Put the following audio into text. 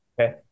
Okay